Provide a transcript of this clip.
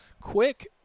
quick